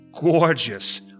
gorgeous